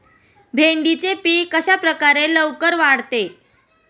भेंडीचे पीक कशाप्रकारे लवकर वाढते?